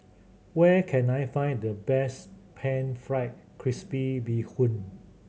where can I find the best Pan Fried Crispy Bee Hoon